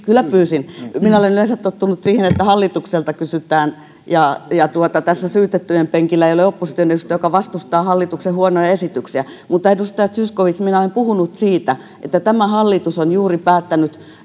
kyllä pyysin minä olen yleensä tottunut siihen että hallitukselta kysytään ja ja tässä syytettyjen penkillä ei ole opposition edustaja joka vastustaa hallituksen huonoja esityksiä mutta edustaja zyskowicz minä olen puhunut siitä että tämä hallitus on juuri päättänyt